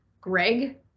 Greg